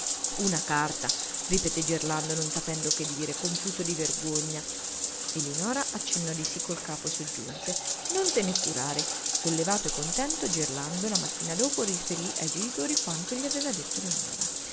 una carta ripeté gerlando non sapendo che dire confuso di vergogna eleonora accennò di sì col capo e soggiunse non te ne curare sollevato e contento gerlando la mattina dopo riferì ai genitori quanto gli aveva detto eleonora